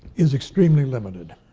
is extremely limited.